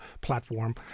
platform